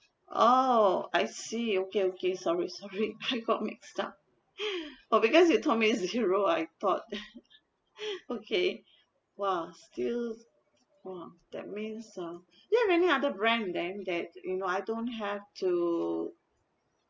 oh I see okay okay sorry sorry I got mixed up oh because you told me it's zero I thought okay !wah! still !wah! that means ah do you have any other brand then that you know I don't have to